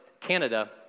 Canada